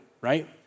right